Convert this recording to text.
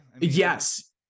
Yes